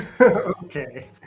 Okay